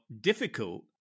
difficult